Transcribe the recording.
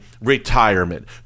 retirement